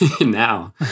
now